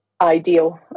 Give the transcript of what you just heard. ideal